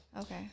Okay